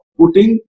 putting